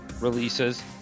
releases